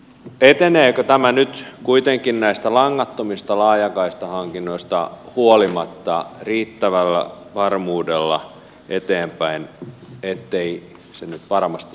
eteneekö tämä nyt kuitenkin näistä langattomista laajakaistahankinnoista huolimatta riittävällä varmuudella eteenpäin ettei se nyt varmasti sitten pysähdy